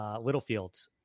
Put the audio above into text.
Littlefield